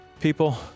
people